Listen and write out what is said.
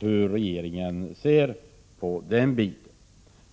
hur regeringen ser på den saken.